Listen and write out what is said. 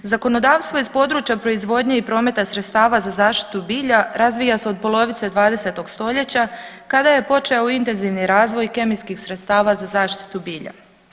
Zakonodavstvo iz područja proizvodnje i prometa sredstava za zaštitu bilja razvija se od polovice 20. stoljeća kada je počeo intenzivni razvoj kemijskih sredstava za zaštitu bilja.